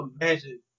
imagine